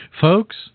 Folks